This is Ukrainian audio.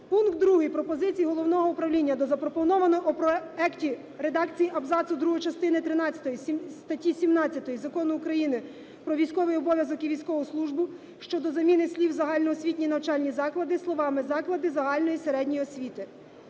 пункт 2 пропозицій головного управління до запропонованої у проекті редакції абзацу 2 частини тринадцятої статті 17 Закону України "Про військовий обов'язок і військову службу" щодо заміни слів "загальноосвітні навчальні заклади" словами "заклади загальної середньої освіти";